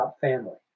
family